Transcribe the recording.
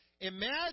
Imagine